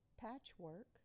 Patchwork